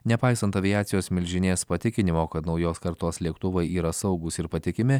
nepaisant aviacijos milžinės patikinimo kad naujos kartos lėktuvai yra saugūs ir patikimi